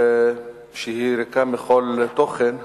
שהיא ריקה מכל תוכן,